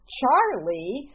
Charlie